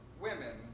women